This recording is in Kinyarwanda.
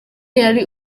yari